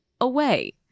away